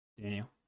Daniel